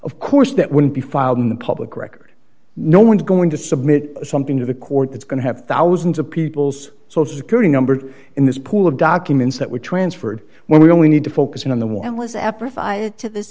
of course that wouldn't be filed in the public record no one's going to submit something to the court that's going to have thousands of people's social security number in this pool of documents that were transferred when we don't we need to focus in on the